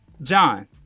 John